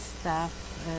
staff